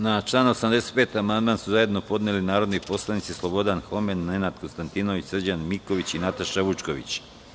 Na član 85. amandman su zajedno podneli narodni poslanici Slobodan Homen, Nenad Konstantinović, Srđan Miković i Nataša Vučković.